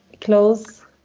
close